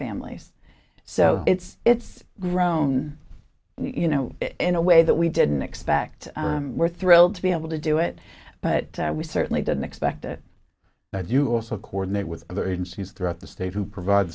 families so it's it's grown you know in a way that we didn't expect we're thrilled to be able to do it but we certainly didn't expect it but you also coordinate with other agencies throughout the state who provide